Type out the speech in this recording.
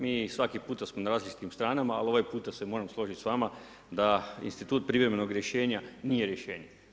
Mi svaki puta smo na različitim stranama, ali ovaj puta se moram složiti s vama da institut privremenog rješenja, nije rješenje.